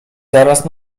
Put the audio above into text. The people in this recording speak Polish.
zaraz